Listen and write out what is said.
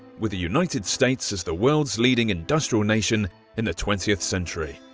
with the united states as the world's leading industrial nation in the twentieth century.